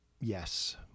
yes